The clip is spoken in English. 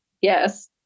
Yes